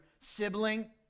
sibling